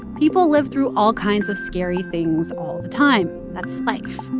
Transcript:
people live through all kinds of scary things all the time. that's life.